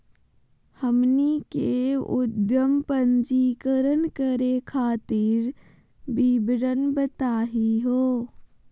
हमनी के उद्यम पंजीकरण करे खातीर विवरण बताही हो?